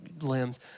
limbs